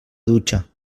dutxa